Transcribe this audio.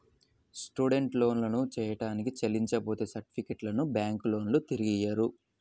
student లోన్లను టైయ్యానికి చెల్లించపోతే సర్టిఫికెట్లను బ్యాంకులోల్లు తిరిగియ్యరు